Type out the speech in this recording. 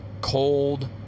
cold